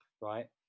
right